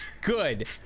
good